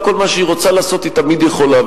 לא כל מה שהיא רוצה לעשות היא תמיד יכולה.